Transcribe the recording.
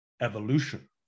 evolution